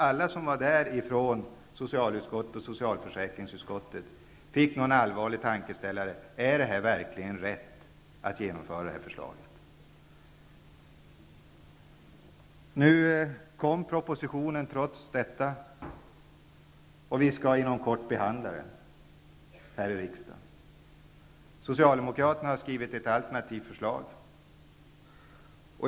Alla som deltog från social och socialförsäkringsutskottet fick sig nog en allvarlig tankeställare: Är det verkligen rätt att genomföra det här förslaget? En proposition har trots detta lagts fram, och vi skall inom kort behandla den här i riksdagen. Socialdemokraterna har skrivit ett alternativt förslag.